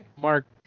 Mark